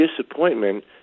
disappointment